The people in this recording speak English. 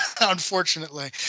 Unfortunately